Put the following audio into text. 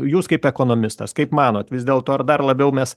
jūs kaip ekonomistas kaip manot vis dėlto ar dar labiau mes